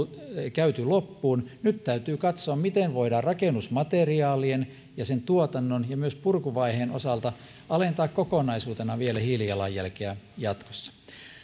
käyty loppuun nyt täytyy katsoa miten voidaan rakennusmateriaalien ja sen tuotannon ja myös purkuvaiheen osalta alentaa vielä hiilijalanjälkeä kokonaisuutena jatkossa